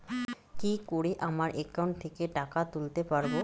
কি করে আমার একাউন্ট থেকে টাকা তুলতে পারব?